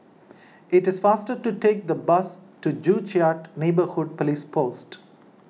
it is faster to take the bus to Joo Chiat Neighbourhood Police Post